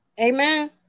Amen